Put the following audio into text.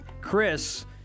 Chris